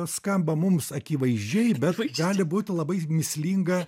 skamba mums akivaizdžiai bet gali būti labai mįslinga